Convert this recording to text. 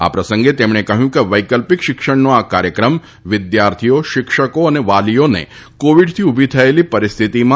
આ પ્રસંગે તેમણે કહ્યું કે વૈકલ્પિક શિક્ષણનો આ કાર્યક્રમ વિદ્યાર્થીઓ શિક્ષકો અને વાલીઓને કોવિડથી ઊભી થયેલી પરિસ્થિતિમાં તા